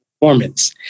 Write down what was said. performance